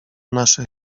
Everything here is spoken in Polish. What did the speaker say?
naszych